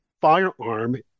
firearm